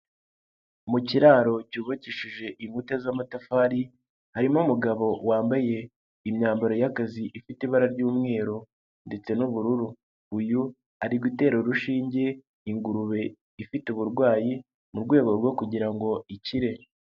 Mu kiraro cyubakishije inkuta z'amatafari harimo umugabo wambaye imyambaro y'akazi ifite ibara ry'umweru ndetse n'ubururu, uyu ari gutera urushinge ingurube ifite uburwayi mu rwego rwo kugira ngo ikire.